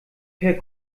per